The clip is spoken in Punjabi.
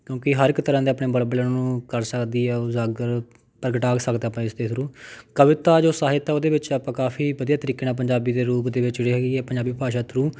ਕਿਉਂਕਿ ਹਰ ਇੱਕ ਤਰ੍ਹਾਂ ਦੇ ਆਪਣੇ ਬਲਬਲੇ ਨੂੰ ਕਰ ਸਕਦੀ ਹੈ ਉਜਾਗਰ ਪ੍ਰਗਟਾ ਸਕਦਾ ਆਪਾਂ ਇਸ ਦੇ ਥਰੂ ਕਵਿਤਾ ਜੋ ਸਾਹਿਤ ਆ ਉਹਦੇ ਵਿੱਚ ਆਪਾਂ ਕਾਫੀ ਵਧੀਆ ਤਰੀਕੇ ਨਾਲ ਪੰਜਾਬੀ ਦੇ ਰੂਪ ਦੇ ਵਿੱਚ ਜਿਹੜੀ ਹੈਗੀ ਆ ਪੰਜਾਬੀ ਭਾਸ਼ਾ ਥਰੂ